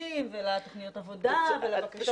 שמגישים ולתוכניות עבודה ולבקשות תמיכה